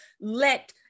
let